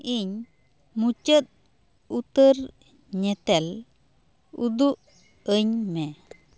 ᱤᱧ ᱢᱩᱪᱟᱹᱫ ᱩᱛᱟᱹᱨ ᱧᱮᱛᱮᱞ ᱩᱫᱩᱜ ᱟᱹᱧ ᱢᱮ